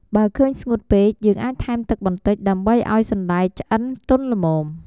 បើឃើញស្ងួតពេក យើងអាចថែមទឹកបន្តិច ដើម្បីឱ្យសណ្ដែកឆ្អិនទន់ល្មម។